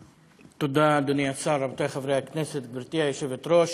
השר, חברי חברי הכנסת, גברתי היושבת-ראש,